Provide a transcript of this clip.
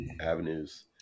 avenues